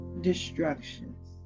destructions